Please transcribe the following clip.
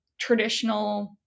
traditional